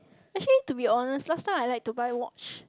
actually to be honest last time I like to buy watch